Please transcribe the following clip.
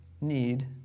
need